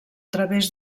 través